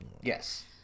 yes